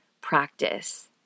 practice